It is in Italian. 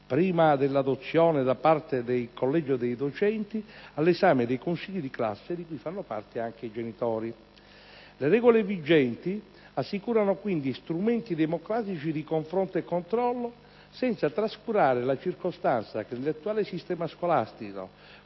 prima dell'adozione da parte del collegio dei docenti, all'esame dei consigli di classe, di cui fanno parte anche i genitori. Le regole vigenti assicurano, quindi, strumenti democratici di confronto e controllo, senza trascurare la circostanza che nell'attuale sistema scolastico,